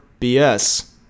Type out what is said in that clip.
bs